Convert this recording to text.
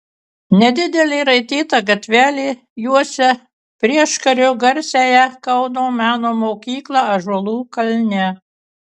nedidelė raityta gatvelė juosia prieškariu garsiąją kauno meno mokyklą ąžuolų kalne